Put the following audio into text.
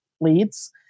leads